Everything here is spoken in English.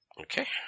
Okay